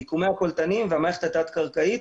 מיקומי הקולטנים והמערכת התת קרקעית.